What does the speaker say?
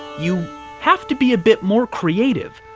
you have to be a bit more creative.